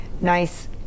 nice